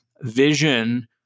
vision